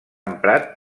emprat